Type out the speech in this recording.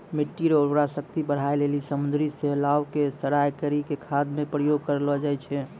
मिट्टी रो उर्वरा शक्ति बढ़ाए लेली समुन्द्री शैलाव के सड़ाय करी के खाद मे उपयोग करलो जाय छै